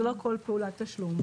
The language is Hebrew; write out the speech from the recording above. זה לא כל פעולת תשלום.